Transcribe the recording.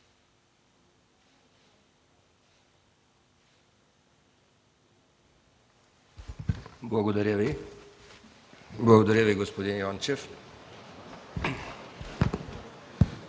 Благодаря Ви. Благодаря Ви, господин Йончев.